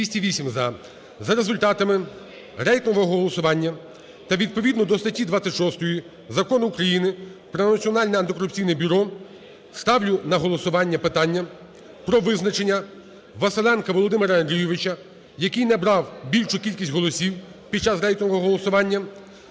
За-208 За результатами рейтингового голосування та відповідно до статті 26 Закону України "Про Національне антикорупційне бюро" ставлю на голосування питання про визначення Василенка Володимира Андрійовича, який набрав більшу кількість голосів під час рейтингового голосування,